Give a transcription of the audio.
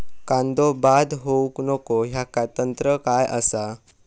कांदो बाद होऊक नको ह्याका तंत्र काय असा?